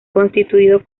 constituido